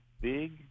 big